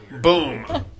Boom